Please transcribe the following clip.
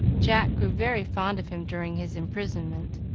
jack grew very fond of him during his imprisonment,